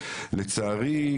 ולצערי,